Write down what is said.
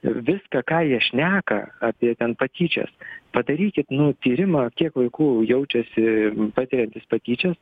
viską ką jie šneka apie ten patyčias padarykit nu tyrimą kiek vaikų jaučiasi patiriantys patyčias